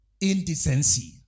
Indecency